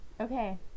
Okay